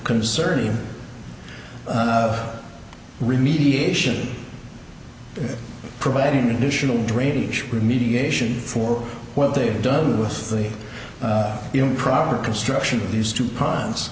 concerning remediation providing additional drainage remediation for what they've done with the improper construction of these two ponds